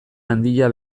handia